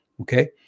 okay